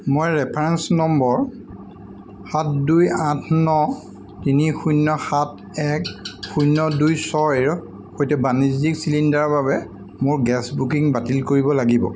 মই reference number সাত দুই আঠ ন তিনি শূন্য সাত এক শূন্য দুই ছয়ৰ সৈতে বাণিজ্যিক চিলিণ্ডাৰৰ বাবে মোৰ গেছ বুকিং বাতিল কৰিব লাগিব